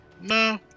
no